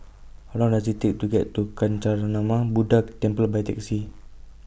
How Long Does IT Take to get to Kancanarama Buddha Temple By Taxi